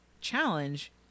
challenge